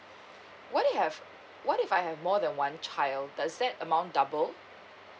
what if have what if I have more than one child does that amount double